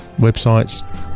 websites